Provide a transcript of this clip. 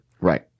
Right